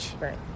Right